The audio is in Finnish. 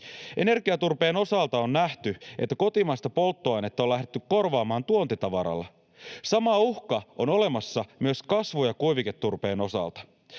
Energiaturpeen osalta on nähty, että kotimaista polttoainetta on lähdetty korvaamaan tuontitavaralla. Sama uhka on olemassa myös kasvu- ja kuiviketurpeen osalta.